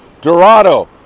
Dorado